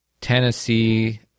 Tennessee